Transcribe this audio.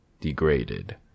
degraded